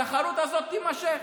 התחרות הזאת תימשך.